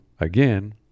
again